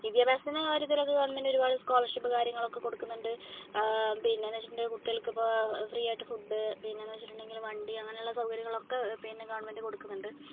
വിദ്യാഭ്യാസത്തിൻ്റെ കാര്യത്തിലൊക്കെ ഗവൺമെൻറ്റ് ഒരുപാട് സ്കോളർഷിപ്പ് കാര്യങ്ങളൊക്കെ കൊടുക്കുന്നുണ്ട് പിന്നെ എന്ന് വെച്ചിട്ടുണ്ടെങ്കിൽ കുട്ടികൾക്ക് ഇപ്പോൾ ഫ്രീയായിട്ട് ഫുഡ് പിന്നെ എന്ന് വെച്ചിട്ടുണ്ടെങ്കിൽ വണ്ടി അങ്ങനെയുള്ള സൗകര്യങ്ങളൊക്കെ പിന്നെ ഗവൺമെൻറ്റ് കൊടുക്കുന്നുണ്ട്